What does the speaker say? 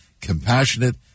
compassionate